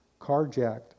carjacked